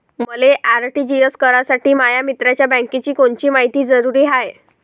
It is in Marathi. मले आर.टी.जी.एस करासाठी माया मित्राच्या बँकेची कोनची मायती जरुरी हाय?